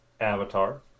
Avatar